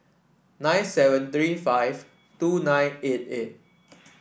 nine seven three five two nine eight eight